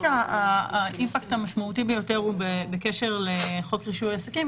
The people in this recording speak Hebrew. האימפקט המשמעותי ביותר הוא בקשר לחוק רישוי עסקים.